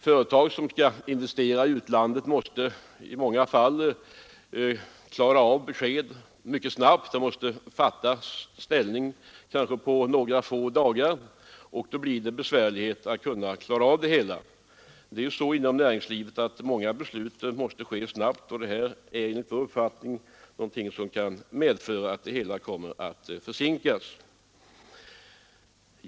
Företag som skall investera i utlandet måste i många fall ge besked snabbt. Man måste kanske ta ställning på några få dagar och då blir det med den föreslagna nya ordningen ytterst besvärligt. Jag upprepar: Inom näringslivet måste många beslut fattas snabbt, och den här åtgärden är enligt vår uppfattning något som kan medföra förseningar i viktiga beslut.